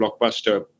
blockbuster